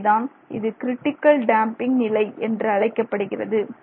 எனவேதான் இது critical damping நிலை என்று அழைக்கப்படுகிறது